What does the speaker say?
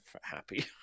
happy